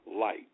light